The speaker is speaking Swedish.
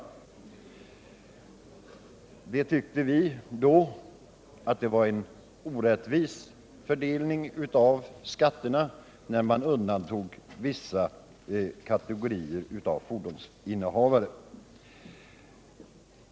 Vi tyckte det var en orättvis fördelning av skatterna att undanta vissa kategorier av fordonsinnehavare.